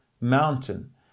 mountain